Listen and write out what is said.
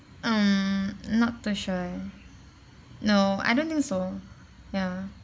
mm not to sure eh no I don't think so ya